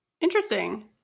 Interesting